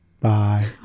Bye